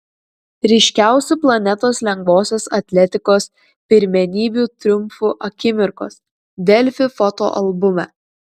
ryškiausių planetos lengvosios atletikos pirmenybių triumfų akimirkos delfi fotoalbume